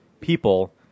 people